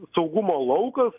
saugumo laukas